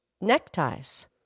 neckties